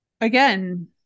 again